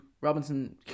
Robinson